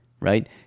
right